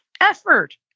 effort